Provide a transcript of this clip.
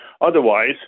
Otherwise